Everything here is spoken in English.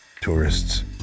tourists